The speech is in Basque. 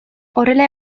horrela